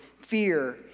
fear